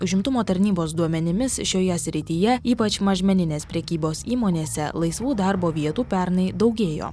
užimtumo tarnybos duomenimis šioje srityje ypač mažmeninės prekybos įmonėse laisvų darbo vietų pernai daugėjo